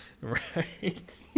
Right